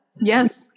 Yes